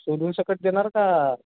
सोलून सकट देणार का